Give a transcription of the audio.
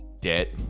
debt